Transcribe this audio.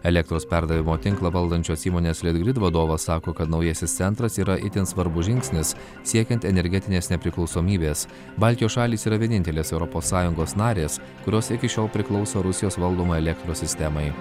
elektros perdavimo tinklą valdančios įmonės litgrid vadovas sako kad naujasis centras yra itin svarbus žingsnis siekiant energetinės nepriklausomybės baltijos šalys yra vienintelės europos sąjungos narės kurios iki šiol priklauso rusijos valdomai elektros sistemai